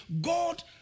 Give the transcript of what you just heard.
God